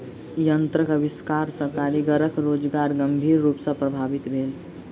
यंत्रक आविष्कार सॅ कारीगरक रोजगार गंभीर रूप सॅ प्रभावित भेल